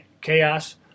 Chaos